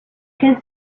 can